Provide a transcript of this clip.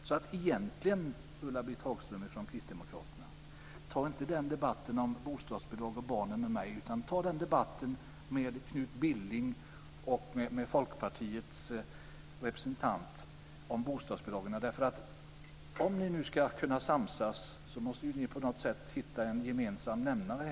Så egentligen ska inte Ulla-Britt Hagström från Kristdemokraterna ta debatten om bostadsbidrag och barnen med mig, utan hon ska ta debatten om bostadsbidragen med Knut Billing och Om ni nu ska kunna samsas måste ju ni på något sätt hitta en gemensam nämnare.